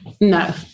No